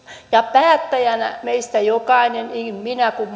päättäjänä meistä jokainen niin minä kuin